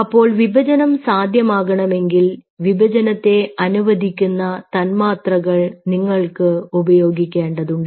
അപ്പോൾ വിഭജനം സാധ്യമാകണമെങ്കിൽ വിഭജനത്തെ അനുവദിക്കുന്ന തന്മാത്രകൾ നിങ്ങൾ ഉപയോഗിക്കേണ്ടതുണ്ട്